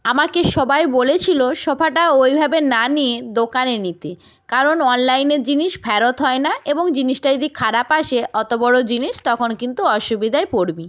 আমাকে সবাই বলেছিলো সোফাটা ওইভাবে না নিয়ে দোকানে নিতে কারণ অনলাইনের জিনিস ফেরত হয় না এবং জিনিসটা যদি খারাপ আসে অতো বড়ো জিনিস তখন কিন্তু অসুবিধায় পড়বি